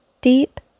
Deep